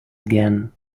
again